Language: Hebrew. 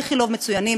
איכילוב מצוינים,